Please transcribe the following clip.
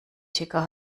ticker